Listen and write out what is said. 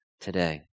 today